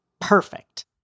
perfect